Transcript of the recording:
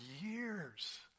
years